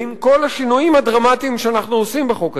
ועם כל השינויים הדרמטיים שאנחנו עושים בחוק הזה,